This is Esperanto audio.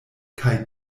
kaj